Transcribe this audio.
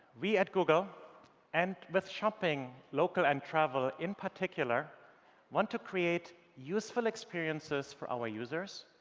we at google and with shopping, local and travel in particular want to create useful experiences for our users,